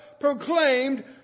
proclaimed